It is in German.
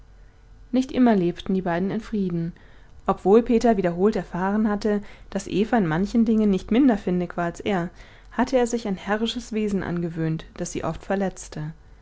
nicht immer lebten die beiden in frieden obwohl peter wiederholt erfahren hatte daß eva in manchen dingen nicht minder findig war als er hatte er sich ein herrisches wesen angewöhnt das sie oft verletzte